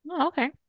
Okay